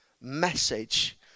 message